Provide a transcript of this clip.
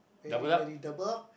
very very double up